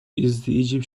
egyptian